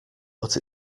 but